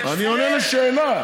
אני עונה על שאלה.